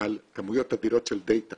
על כמויות אדירות של דאטה,